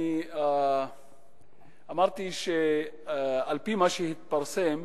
אמרתי שעל-פי מה שהתפרסם